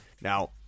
now